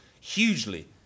hugely